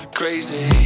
crazy